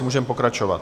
Můžeme pokračovat.